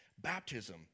baptism